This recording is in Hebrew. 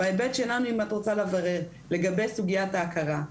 בהיבט שלנו אם את רוצה לברר לגבי סוגיית ההכרה,